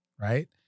right